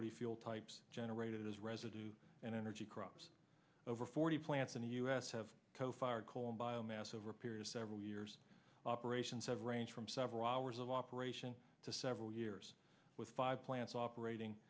what you feel types generated as residue and energy crops over forty plants in the us have tofile coal and biomass over a period of several years operations have range from several hours of operation to several years with five plants operating